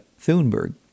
Thunberg